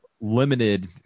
limited